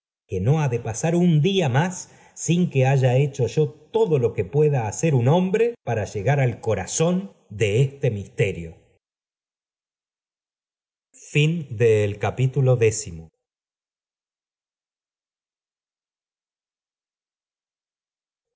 que no ha de pasar un día más sin que haya hecho yo todo lo que pueda hacer un hombre para llegar al corazón de este misterio